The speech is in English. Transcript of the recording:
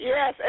Yes